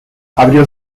abrió